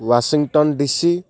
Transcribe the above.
washing DC